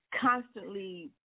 constantly